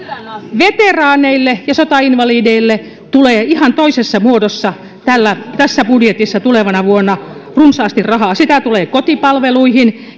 veteraaneille ja sotainvalideille tulee ihan toisessa muodossa tässä budjetissa tulevana vuonna runsaasti rahaa sitä tulee kotipalveluihin